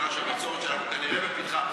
שנה של בצורת שאנחנו כנראה בפתחה.